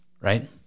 right